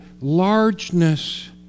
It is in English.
largeness